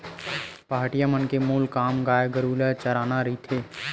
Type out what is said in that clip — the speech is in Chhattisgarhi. पहाटिया मन के मूल काम गाय गरु ल चराना रहिथे